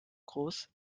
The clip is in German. groß